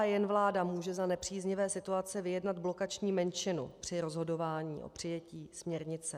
Jen vláda může za nepříznivé situace vyjednat blokační menšinu při rozhodování o přijetí směrnice.